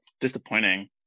Disappointing